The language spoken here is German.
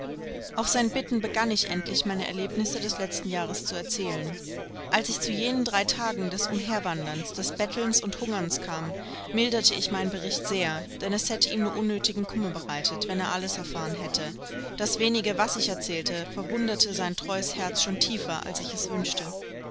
auf sein bitten begann ich endlich meine erlebnisse des letzten jahres zu erzählen als ich zu jenen drei tagen des umherwanderns des bettelns und hungerns kam milderte ich meinen bericht sehr denn es hätte ihm nur unnötigen kummer bereitet wenn er alles erfahren hätte das wenige was ich erzählte verwundete sein treues herz schon tiefer als ich wünschte